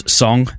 song